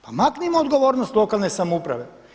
Pa maknimo odgovornost lokalne samouprave.